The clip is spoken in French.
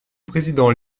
président